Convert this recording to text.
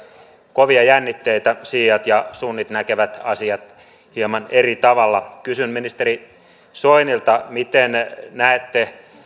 kovia jännitteitä siiat ja sunnit näkevät asiat hieman eri tavalla kysyn ministeri soinilta miten näette